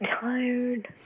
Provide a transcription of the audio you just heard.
tired